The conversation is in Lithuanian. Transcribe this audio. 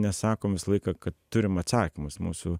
nesakom visą laiką kad turim atsakymus mūsų